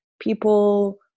people